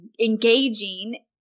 engaging